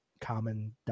common